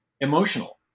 emotional